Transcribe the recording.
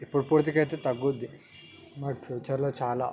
ఇప్పుడు పూర్తిగా అయితే తగ్గుద్ది మరి ఫ్యూచర్లో చాలా